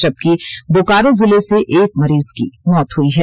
जबकि बोकारो जिले से एक मरीज की मौत हुई है